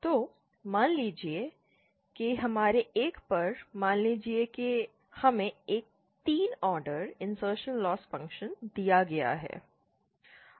तो मान लीजिए कि हमारे 1 पर मान लीजिए कि हमें एक 3 ऑर्डर इंसर्शनल लॉस फ़ंक्शन दिया गया है